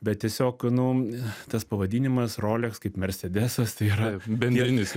bet tiesiog nu tas pavadinimas roleks kaip mersedesas tai yra bendrinis